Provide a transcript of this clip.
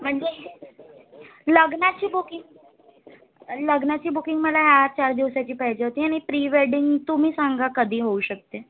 म्हणजे लग्नाची बुकिंग लग्नाची बुकिंग मला ह्या चार दिवसाची पाहिजे होती आणि प्री वेंडिंग तुम्ही सांगा कधी होऊ शकते